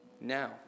now